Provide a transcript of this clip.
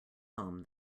home